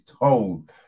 told